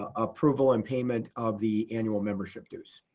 ah approval and payment of the annual membership dues.